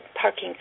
parking